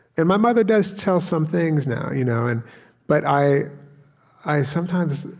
and my mother does tell some things now, you know and but i i sometimes